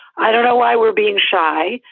i don't know why we're being shy.